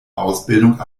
ausbildung